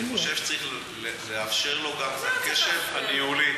אני חושב שצריך לאפשר לו גם את הקשב הניהולי.